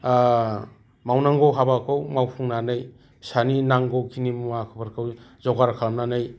मावनांगौ हाबाखौ मावफुंनानै फिसानि नांगौखिनि मुवाफोरखौ जगार खालामनानै